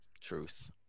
Truth